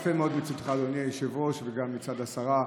יפה מאוד מצידך, אדוני היושב-ראש, וגם מצד השרה.